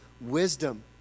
wisdom